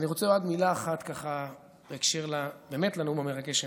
אני רוצה עוד מילה אחת באמת בקשר לנאום המרגש שנתת,